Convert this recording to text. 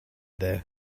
there